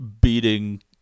beating